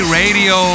radio